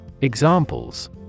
Examples